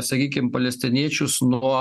sakykim palestiniečius nuo